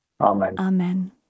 Amen